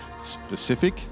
specific